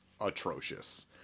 atrocious